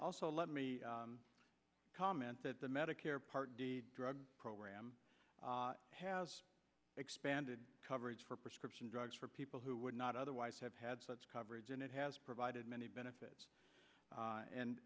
also let me comment that the medicare part d drug program has expanded coverage for prescription drugs for people who would not otherwise have had such coverage and it has provided many benefits